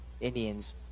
Indians